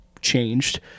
changed